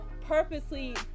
purposely